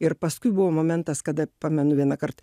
ir paskui buvo momentas kada pamenu vieną kart